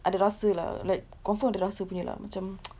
ada rasa lah like confirm ada rasa punya lah macam